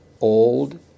old